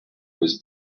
was